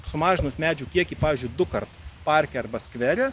sumažinus medžių kiekį pavyzdžiui dukart parke arba skvere